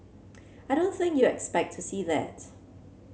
I don't think you expect to see that